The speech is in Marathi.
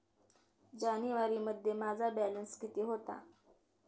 जानेवारीमध्ये माझा बॅलन्स किती होता?